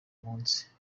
munsi